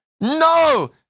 no